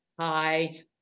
hi